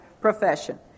profession